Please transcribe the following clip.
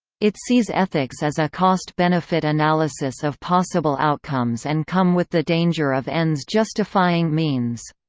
it sees ethics as a cost-benefit analysis of possible outcomes and come with the danger of ends justifying means.